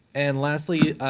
and lastly,